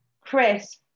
Chris